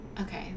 okay